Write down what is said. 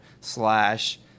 slash